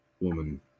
woman